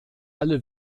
alle